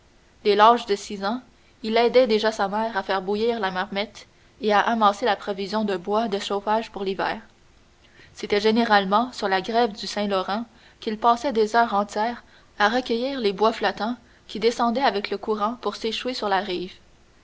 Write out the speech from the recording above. dès l'âge de dix ans il aidait déjà sa mère à faire bouillir la marmite et à amasser la provision de bois de chauffage pour l'hiver c'était généralement sur la grève du saint-laurent qu'il passait des heures entières à recueillir les bois flottants qui descendaient avec le courant pour s'échouer sur la rive